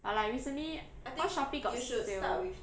but like recently because Shopee got sale